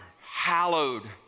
hallowed